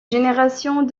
générations